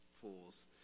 fools